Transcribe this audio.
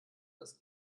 das